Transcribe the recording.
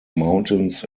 mountains